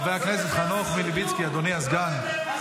חבר הכנסת חנוך מלביצקי, אדוני הסגן.